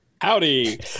Howdy